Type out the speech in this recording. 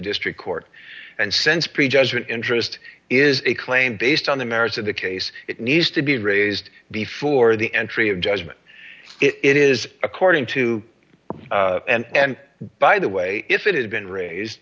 district court and sense pre judgment interest is a claim based on the merits of the case it needs to be raised before the entry of judgment it is according to and by the way if it had been raised